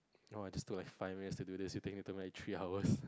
you know I just took like five years to do this you think it took me like three hours